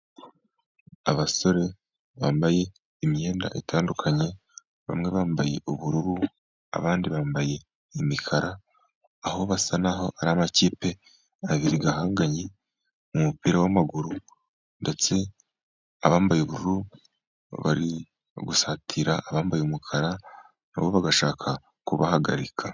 Abasore bambaye imyenda itandukanye, bamwe bambaye ubururu, abandi bambaye imikara. Aho basa nk'aho ari amakipe abiri ahanganye mu mupira w’amaguru. Ndetse abambaye ubururu bari gusatira abambaye umukara, na bo bagashaka kubahagarika.